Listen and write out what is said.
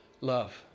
love